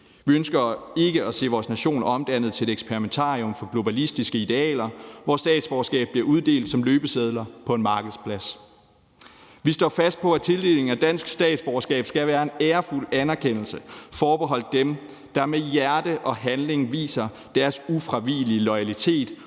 Vi ønsker ikke at se vores nation omdannet til et eksperimentarium for globalistiske idealer, hvor statsborgerskab bliver uddelt som løbesedler på en markedsplads. Vi står fast på, at tildeling af dansk statsborgerskab skal være en ærefuld anerkendelse forbeholdt dem, der med hjerte og handling viser deres ufravigelige loyalitet